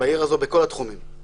בעיר הזאת בכל התחומים,